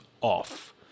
off